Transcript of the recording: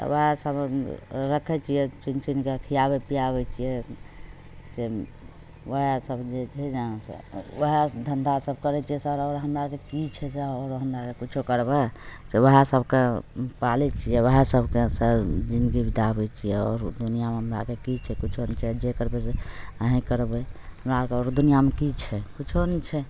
तऽ ओएह सब रखैत छियै चुनि चुनिके खीआबैत पीआबैत छियै से ओएह सब जे छै ने से ओएह धंधा सब करैत छियै सर हमरा आरके की छै सर हमरा आर किछु करबै से ओएह सबके पालैत छियै ओएह सबके सर जिंदगी बीताबैत छियै आओर दुनिआँमे हमरा आरके की छै किछु नहि छै जे करबै से अहीँ करबै हमरा आरके दुनिआँमे की छै किछु नहि छै